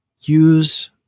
use